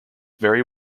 very